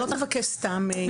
לבקש סתם.